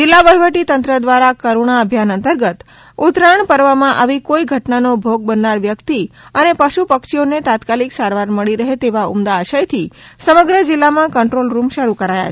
જિલ્લા વહીવટી તંત્ર દ્વારા કરૂણા અભિયાન અંતર્ગત ઉત્તરાયણ પર્વમાં આવી કોઇ ધટનાનો ભોગ બનનાર વ્યક્તિ અને પશુ પક્ષીઓને તાત્કાલિક સારંવાર મળી રહે તેવા ઉમદા આશયથી સમગ્ર જિલ્લામાં કંટ્રોલ રૂમ શરૂ કરાયા છે